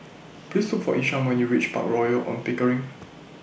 Please Look For Isham when YOU REACH Park Royal on Pickering